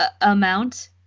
amount